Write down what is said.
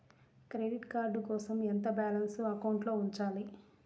Credit card కోసం ఎంత balance అకౌంట్లో ఉంచాలి?